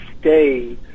stay